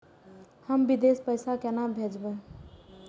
हम विदेश पैसा केना भेजबे?